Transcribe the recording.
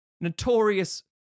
notorious